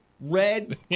red